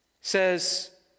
says